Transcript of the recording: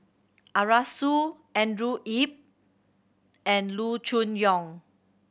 Arasu Andrew Yip and Loo Choon Yong